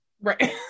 right